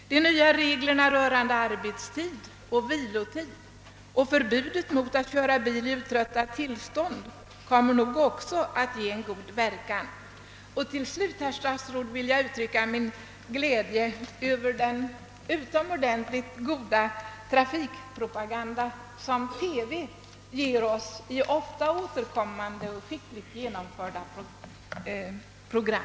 De nya reglerna rörande arbetstid och vilotid samt förbudet mot att köra bil i uttröttat tillstånd kommer nog också att ha god verkan. Till slut vill jag, herr statsråd, uttrycka min glädje över den utomordentligt goda trafikpropaganda som TV ger i ofta återkommande och skickligt genomförda program.